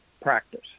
practice